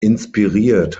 inspiriert